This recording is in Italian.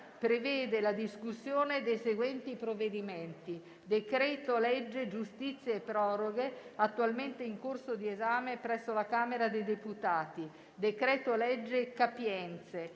prevede la discussione dei seguenti provvedimenti: decreto-legge giustizia e proroghe, attualmente in corso di esame presso la Camera dei deputati; decreto-legge capienze;